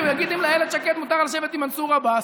ויגיד: אם לאילת שקד מותר לשבת עם מנסור עבאס,